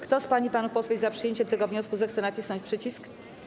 Kto z pań i panów posłów jest za przyjęciem tego wniosku, zechce nacisnąć przycisk.